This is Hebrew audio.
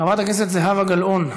חברת הכנסת זהבה גלאון,